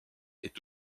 est